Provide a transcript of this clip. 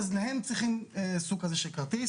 אז להם צריך סוג כזה של כרטיס